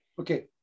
Okay